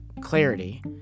clarity